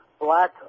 black